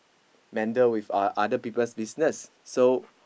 meddle with uh other people's business so